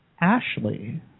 Ashley